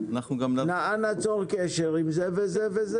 אנא צור קשר עם זה וזה.